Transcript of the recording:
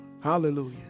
Hallelujah